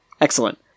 Excellent